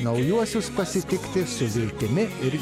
naujuosius pasitikti su viltimi ir